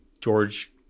George